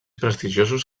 prestigiosos